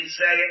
say